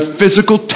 physical